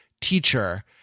teacher